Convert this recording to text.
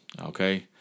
okay